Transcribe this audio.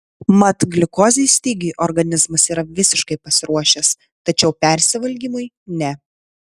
mat gliukozės stygiui organizmas yra visiškai pasiruošęs tačiau persivalgymui ne